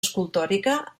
escultòrica